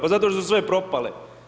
Pa zato što su sve propale.